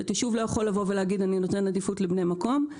ישוב לא יכול לקבוע שהוא נותן עדיפות לבני המקום,